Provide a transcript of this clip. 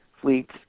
fleets